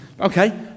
okay